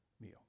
meal